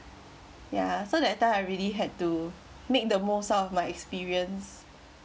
ya so that time I really had to make the most out of my experience